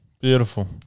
Beautiful